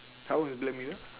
how was black mirror